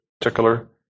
particular